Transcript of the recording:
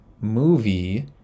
movie